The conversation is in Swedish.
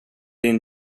din